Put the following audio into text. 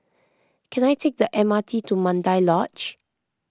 can I take the M R T to Mandai Lodge